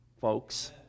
folks